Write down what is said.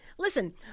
listen